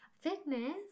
fitness